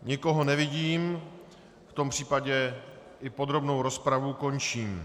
Nikoho nevidím, v tom případě i podrobnou rozpravu končím.